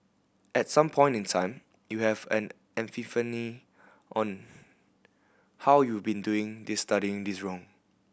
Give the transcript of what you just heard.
at some point in time you have an epiphany on how you been doing this studying in this wrong